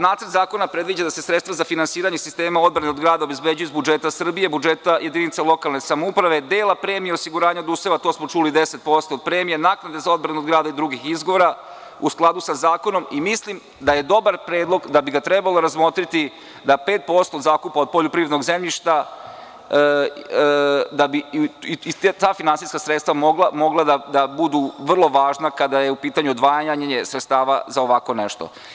Nacrt zakona predviđa da se sredstva za finansiranje sistema odbrane od grada obezbeđuju iz budžeta Srbije, budžeta jedinica lokalne samouprave, dela premije osiguranja od useva, to smo čuli 10% premije, naknade za odbranu grada i drugih izgora, u skladu sa zakonom i mislim da je dobar predlog, da bi ga trebalo razmotriti da 5% zakupa od poljoprivrednog zemljišta da bi i ta finansijska sredstva mogla da budu vrlo važna, kada je u pitanju odvajanje sredstava za ovako nešto.